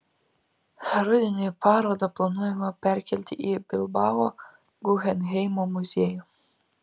rudenį parodą planuojama perkelti į bilbao guggenheimo muziejų